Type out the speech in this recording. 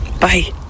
bye